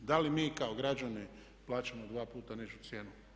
Da li mi kao građani plaćamo dva puta nižu cijenu?